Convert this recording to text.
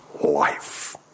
life